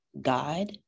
God